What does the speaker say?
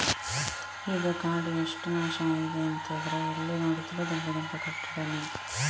ಈಗ ಕಾಡು ಎಷ್ಟು ನಾಶ ಆಗಿದೆ ಅಂತಂದ್ರೆ ಎಲ್ಲಿ ನೋಡಿದ್ರೂ ದೊಡ್ಡ ದೊಡ್ಡ ಕಟ್ಟಡಾನೇ